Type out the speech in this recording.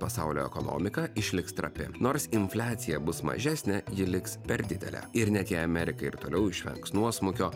pasaulio ekonomika išliks trapi nors infliacija bus mažesnė ji liks per didelė ir net jei amerika ir toliau išvengs nuosmukio